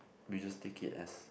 we just take it as